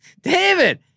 David